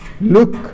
Look